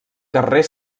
carrer